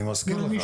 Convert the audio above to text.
אני מזכיר לך.